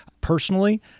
Personally